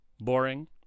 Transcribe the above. boring